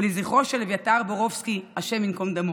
ולזכרו של אביתר בורובסקי, השם ייקום דמו,